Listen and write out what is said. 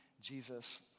Jesus